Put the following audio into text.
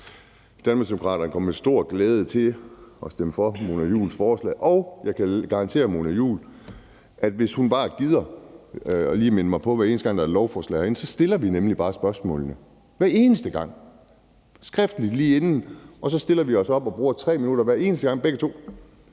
Danmarksdemokraterne kommer med stor glæde til at stemme for Mona Juuls forslag, og jeg kan garantere Mona Juul, at hvis hun bare lige gider minde mig om det, hver eneste gang der skal behandles et lovforslag herinde, så skriver vi bare vores spørgsmål ned lige inden behandlingen, og så stiller vi os op og bruger 3 minutter begge to